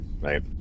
right